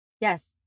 Yes